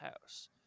house